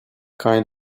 kind